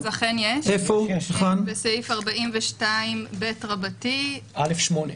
אכן יש בסעיף 42ב. (א)(8).